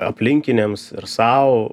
aplinkiniams ir sau